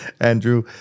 Andrew